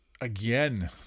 Again